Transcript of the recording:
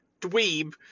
dweeb